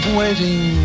waiting